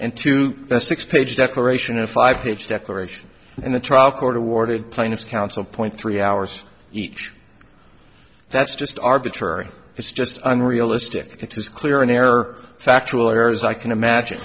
a six page declaration a five page declaration and the trial court awarded plaintiff's counsel point three hours each that's just arbitrary it's just unrealistic it's as clear an error factual errors i can imagine